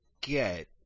get